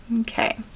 Okay